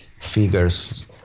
figures